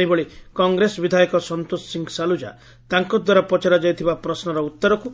ସେହିଭଳି କଂଗ୍ରେସ ବିଧାୟକ ସନ୍ତୋଷ ସିଂହ ସାଲୁଜା ତାଙ୍ଦ୍ାରା ପଚରା ଯାଇଥିବା ପ୍ରଶ୍ନର ଉତ୍ତରକୁ